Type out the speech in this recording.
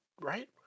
right